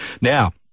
Now